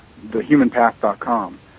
thehumanpath.com